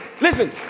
listen